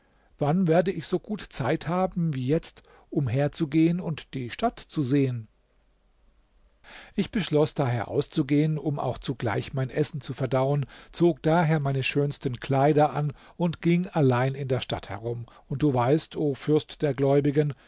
wann werde ich so gut zeit haben wie jetzt umherzugehen und die stadt zu sehen ich beschloß daher auszugehen um auch zugleich mein essen zu verdauen zog daher meine schönsten kleider an und ging allein in der stadt herum und du weißt o fürst der gläubigen